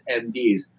MDs